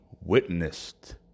witnessed